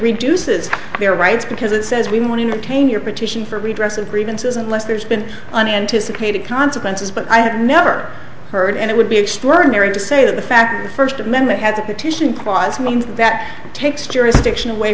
reduces their rights because it says we want to retain your petition for redress of grievances unless there's been unanticipated consequences but i have never heard and it would be extraordinary to say that the fact the first amendment has a petition clause that takes jurisdiction away